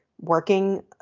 working